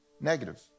negative